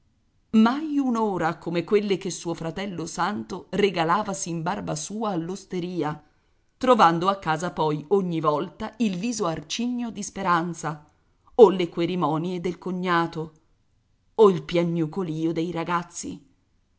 mai un'ora come quelle che suo fratello santo regalavasi in barba sua all'osteria trovando a casa poi ogni volta il viso arcigno di speranza o le querimonie del cognato o il piagnucolìo dei ragazzi